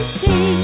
see